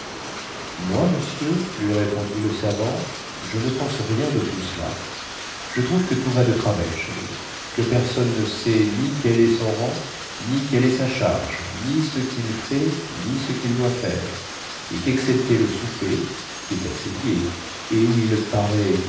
moi monsieur lui répondit le savant je ne pense rien de tout cela je trouve que tout va de travers chez nous que personne ne sait ni quel est son rang ni quelle est sa charge ni ce qu'il fait ni ce qu'il doit faire et qu'excepté le souper qui est assez gai et où il paraît